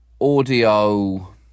audio